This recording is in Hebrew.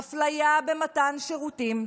אפליה במתן שירותים,